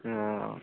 অঁ